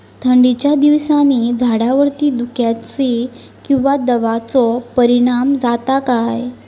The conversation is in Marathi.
थंडीच्या दिवसानी झाडावरती धुक्याचे किंवा दवाचो परिणाम जाता काय?